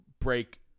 break